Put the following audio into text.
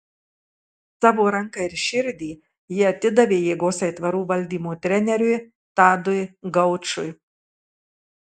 savo ranką ir širdį ji atidavė jėgos aitvarų valdymo treneriui tadui gaučui